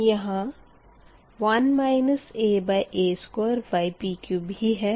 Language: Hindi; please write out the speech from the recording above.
यहाँ 1 aa2ypq भी है